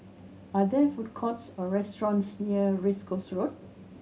are there food courts or restaurants near Race Course Road